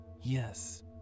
yes